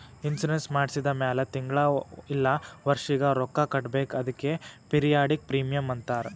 insurance ಮಾಡ್ಸಿದ ಮ್ಯಾಲ್ ತಿಂಗಳಾ ಇಲ್ಲ ವರ್ಷಿಗ ರೊಕ್ಕಾ ಕಟ್ಬೇಕ್ ಅದ್ಕೆ ಪಿರಿಯಾಡಿಕ್ ಪ್ರೀಮಿಯಂ ಅಂತಾರ್